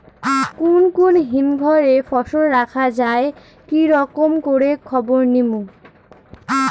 কুন কুন হিমঘর এ ফসল রাখা যায় কি রকম করে খবর নিমু?